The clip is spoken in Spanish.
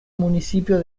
municipio